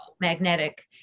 magnetic